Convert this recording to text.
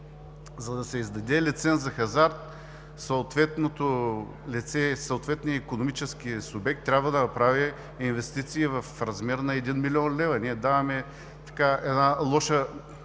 за да се издаде лиценз за хазарт, съответното лице, съответният икономически субект трябва да направи инвестиции в размер на 1 млн. лв. Ние даваме лош